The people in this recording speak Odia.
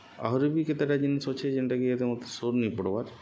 ଆହୁରି ବି କେତେଟା ଜିନିଷ୍ ଅଛେ ଯେନ୍ଟାକି ଇହାଦେ ମତେ ସୋର୍ ନି ପଡ଼୍ବାର୍